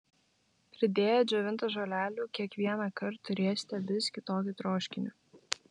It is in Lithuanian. pridėję džiovintų žolelių kiekvienąkart turėsite vis kitokį troškinį